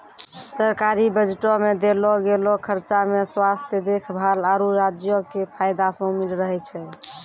सरकारी बजटो मे देलो गेलो खर्चा मे स्वास्थ्य देखभाल, आरु राज्यो के फायदा शामिल रहै छै